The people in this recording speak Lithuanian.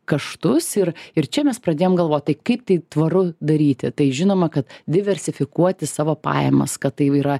kaštus ir ir čia mes pradėjom galvot tai kaip tai tvaru daryti tai žinoma kad diversifikuoti savo pajamas kad tai yra